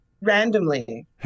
Randomly